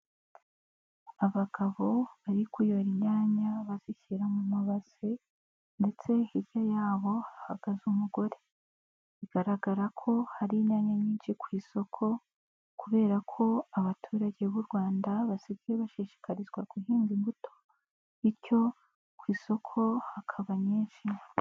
Abagabo bari kuyora inyanya bazishyira mu mabase ndetse hirya yabo hagaze umugore, bigaragara ko hari inyanya nyinshi ku isoko kubera ko abaturage b'u Rwanda basigaye bashishikarizwa guhinga imbuto, bityo ku isoko hakaba nyinshi.